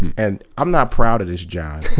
and i'm not proud of this, john.